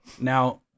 Now